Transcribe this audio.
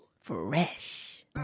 Fresh